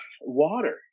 water